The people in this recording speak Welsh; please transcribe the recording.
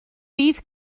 bydd